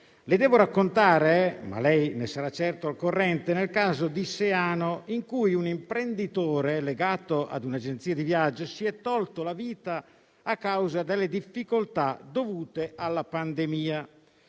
Le devo raccontare - lei ne sarà certo al corrente - del caso di Seano, in cui un imprenditore, legato a un'agenzia di viaggio, si è tolto la vita a causa delle difficoltà dovute alla pandemia.